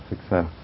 success